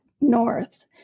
north